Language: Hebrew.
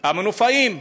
המנופאים,